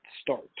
start